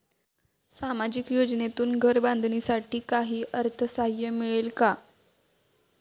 सामाजिक योजनेतून घर बांधण्यासाठी काही अर्थसहाय्य मिळेल का?